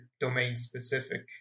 domain-specific